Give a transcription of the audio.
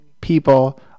people